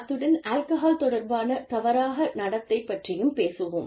அத்துடன் ஆல்கஹால் தொடர்பான தவறான நடத்தைப் பற்றியும் பேசுவோம்